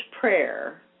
prayer